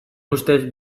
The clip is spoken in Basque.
ustez